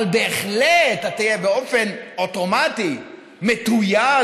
אבל בהחלט אתה תהיה באופן אוטומטי מתויג